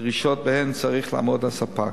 דרישות שבהן צריך לעמוד הספק.